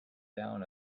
down